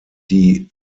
die